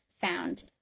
found